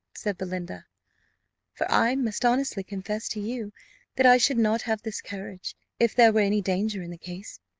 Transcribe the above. said belinda for i must honestly confess to you that i should not have this courage if there were any danger in the case.